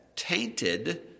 Tainted